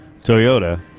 Toyota